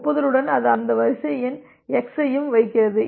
ஒப்புதலுடன் அது அந்த வரிசை எண் எக்ஸ் ஐயும் வைக்கிறது